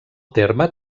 terme